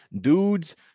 dudes